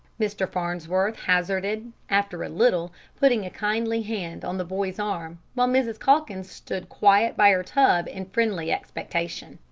mr. farnsworth hazarded, after a little, putting a kindly hand on the boy's arm, while mrs. calkins stood quiet by her tub in friendly expectation.